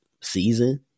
season